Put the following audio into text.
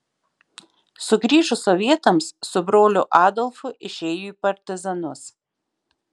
sugrįžus sovietams su broliu adolfu išėjo į partizanus